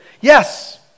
Yes